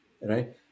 Right